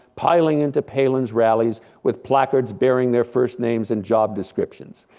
piling into palin's rallies with placards bearing their first names and job descriptions,